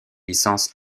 licence